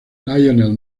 lionel